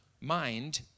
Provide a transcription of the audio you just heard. mind